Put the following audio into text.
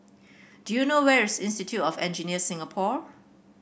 do you know where is Institute of Engineers Singapore